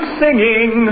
singing